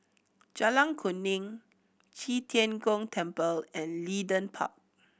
Jalan Kuning Qi Tian Gong Temple and Leedon Park